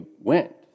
went